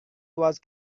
was